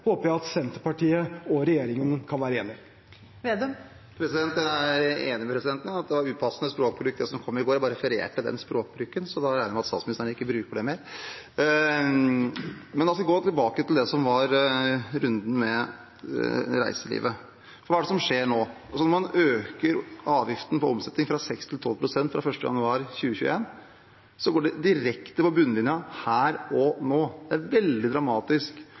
håper jeg at Senterpartiet og regjeringen kan være enige. Jeg er enig med presidenten i at det var upassende språkbruk, det som kom i går, jeg bare refererte den språkbruken. Så da regner jeg med at statsministeren ikke bruker det mer. Men da skal jeg gå tilbake til det som var runden med reiselivet. Hva er det som skjer nå? Når man øker avgiften på omsetning fra 6 pst. til 12 pst. fra 1. januar 2021, går det direkte på bunnlinjen – her og nå. Det er veldig dramatisk.